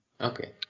Okay